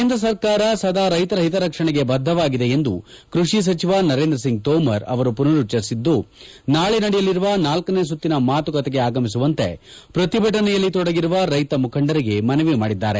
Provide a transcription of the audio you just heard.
ಕೇಂದ್ರ ಸರ್ಕಾರ ಸದಾ ರೈತರ ಹಿತರಕ್ಷಣೆಗೆ ಬದ್ದವಾಗಿದೆ ಎಂದು ಕೃಷಿ ಸಚಿವ ನರೇಂದ್ರ ಸಿಂಗ್ ತೋಮರ್ ಅವರು ಪುನರುಚ್ಚರಿಸಿದ್ದು ನಾಳಿ ನಡೆಯಲಿರುವ ನಾಲ್ಕನೇ ಸುತ್ತಿನ ಮಾತುಕತೆಗೆ ಆಗಮಿಸುವಂತೆ ಪ್ರತಿಭಟನೆಯಲ್ಲಿ ತೊಡಗಿರುವ ರೈತ ಮುಖಂಡರಿಗೆ ಮನವಿ ಮಾಡಿದ್ದಾರೆ